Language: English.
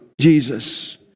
Jesus